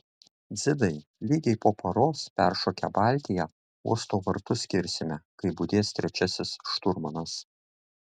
dzidai lygiai po paros peršokę baltiją uosto vartus kirsime kai budės trečiasis šturmanas